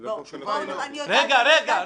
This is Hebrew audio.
--- אני יודעת ש --- נועה,